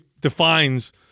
defines